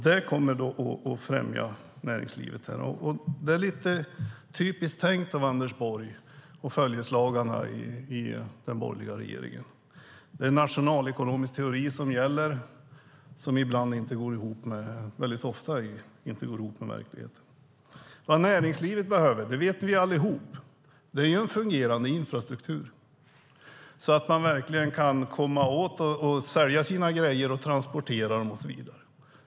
Det kommer att främja näringslivet. Det är lite typiskt tänkt av Anders Borg och följeslagarna i den borgerliga regeringen. Det är nationalekonomisk teori som gäller, och den går väldigt ofta inte ihop med verkligheten. Vad näringslivet behöver - det vet vi allihop - är en fungerande infrastruktur så att de verkligen kan sälja sina grejer, transportera dem och så vidare.